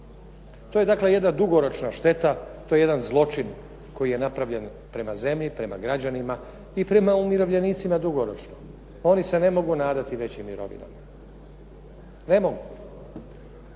dakle jedna dugoročna šteta, to je jedan zločin koji je napravljen prema zemlji, prema građanima i prema umirovljenicima dugoročno. Oni se ne mogu nadati većim mirovinama. Ne mogu.